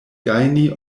gajni